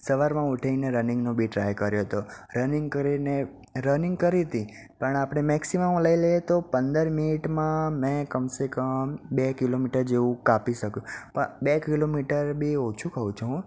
સવારમાં ઉઠીને રનિંગનો બી ટ્રાય કર્યો તો રનિંગ કરીને રનિંગ કરી હતી પણ આપણે મેક્સિમમ લઈ લઈએ તો પંદર મિનિટમાં મેં કમસે કમ બે કિલોમીટર જેવુ કાપી શકું પણ બે કિલોમીટર બી ઓછું કહું છું હું